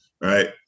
Right